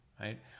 right